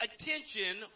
attention